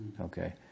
okay